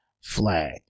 flag